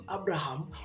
Abraham